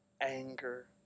anger